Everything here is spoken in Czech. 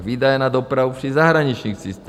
Výdaje na dopravu při zahraničních cestách.